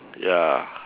ya